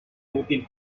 útil